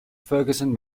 ferguson